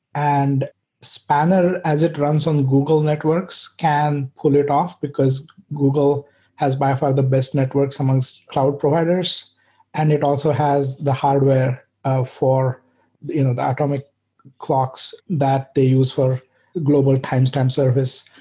and spanner as it runs on google networks can pull it off because google has by far the best networks amongst cloud providers and it also has the hardware ah for the and and atomic clocks that they use for global timestamp service.